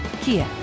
Kia